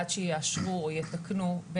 עד שיאשרו או יתקנו,